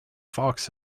fox